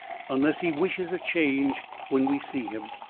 unless he wishes a change when we see him.